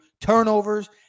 Turnovers